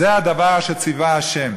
זה הדבר אשר ציווה ה'.